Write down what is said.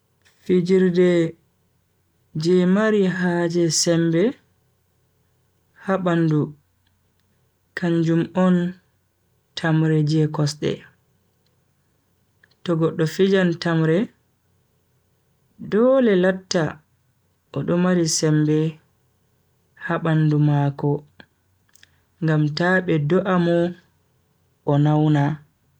Fijirde je mari haaje sembe ha bandu kanjum on tamre je kosde, to goddo fijan tamre dole latta odo mari sembe ha bandu mako ngam ta be do'a mo o nauna.